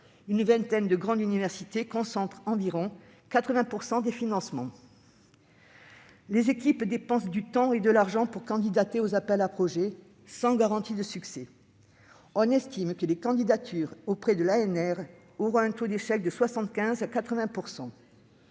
une vingtaine de grandes universités concentre environ 80 % des financements. Les équipes dépensent du temps et de l'argent pour candidater aux appels à projets, sans garantie de succès. On estime que le taux d'échec des candidatures auprès de l'ANR est de 75 % à 80